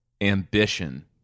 ambition